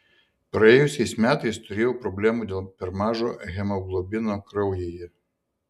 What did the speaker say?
praėjusiais metais turėjau problemų dėl per mažo hemoglobino kraujyje